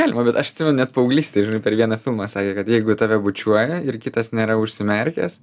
galima bet aš atsimenu net paauglystėj žinai per vieną filmą sakė kad jeigu tave bučiuoja ir kitas nėra užsimerkęs